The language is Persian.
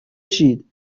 شید